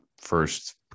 first